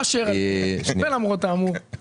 אשר על כן ולמרות האמור.